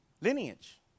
lineage